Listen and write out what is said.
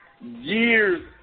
years